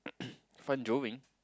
fun joving